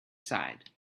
side